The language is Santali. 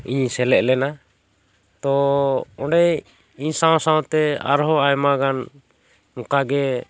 ᱤᱧᱤᱧ ᱥᱮᱞᱮᱫ ᱞᱮᱱᱟ ᱛᱚ ᱚᱸᱰᱮ ᱤᱧ ᱥᱟᱶ ᱥᱟᱶᱛᱮ ᱟᱨᱦᱚᱸ ᱟᱭᱢᱟ ᱜᱟᱱ ᱚᱝᱠᱟ ᱜᱮ